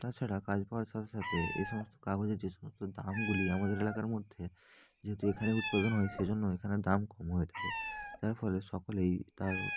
তাছাড়া কাজ পাওয়ার সাথে সাথে এসমস্ত কাগজে যে সমস্ত দামগুলি আমাদের এলাকার মধ্যে যেহেতু এখানে উৎপাদন হয় সেজন্য এখানে দাম কম হয়ে থাকে যার ফলে সকলে এই কাগজ